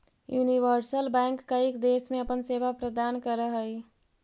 universal bank कईक देश में अपन सेवा प्रदान करऽ हइ